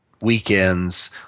weekends